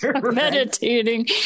meditating